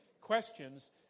questions